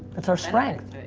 it's our strength.